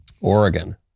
Oregon